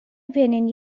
opinion